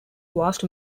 vast